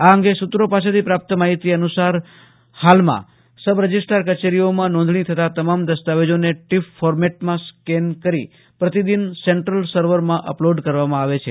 આ અં સુત્રો પાસેથી પ્રાપ્ત માહિતી અનુસાર હાલમાં સબ રજીસ્ટ્રાર કચેરીમાં નોંધણી થતા તમામ દસ્તાવેજો ટીફ ફોર્મેટમાં સ્કેન કરી પ્રતિદીન સેન્ટ્રલ સર્વરમાં અપલોડ કરવામાં આવે છે